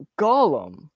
Gollum